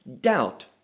doubt